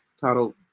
titled